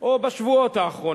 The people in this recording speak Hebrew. או בשבועות האחרונים,